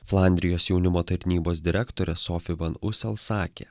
flandrijos jaunimo tarnybos direktorė sofija von usel sakė